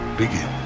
begin